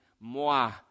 moi